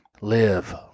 live